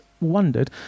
wondered